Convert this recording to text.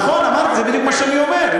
נכון, זה בדיוק מה שאני אומר.